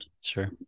sure